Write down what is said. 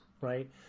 right